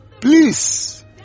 please